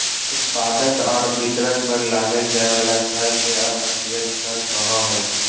उत्पादक आर वितरक पर लगाल जाय वला कर के अप्रत्यक्ष कर कहो हइ